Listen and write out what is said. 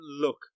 look